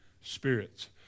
spirits